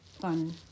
fun